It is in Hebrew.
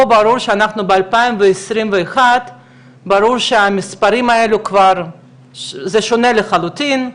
ברור שאנחנו ב-2021 והמספרים האלה כבר שונים לחלוטין,